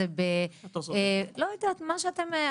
לא יודעת מה שאתם,